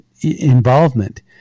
involvement